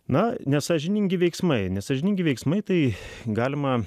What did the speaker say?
na nesąžiningi veiksmai nesąžiningi veiksmai tai galima